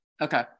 Okay